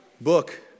book